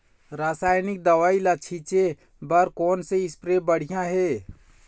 रासायनिक दवई ला छिचे बर कोन से स्प्रे बढ़िया हे?